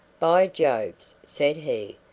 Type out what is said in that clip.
by jove! said he,